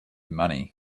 money